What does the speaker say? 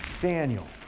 Daniel